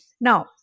Now